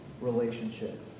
relationship